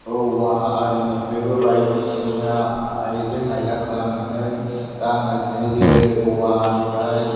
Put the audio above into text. औवा आरिनिफ्रायबो बायदिसिना आइजें आइला खालामनानै रां आर्जिनानै जेरै औवानिफ्राय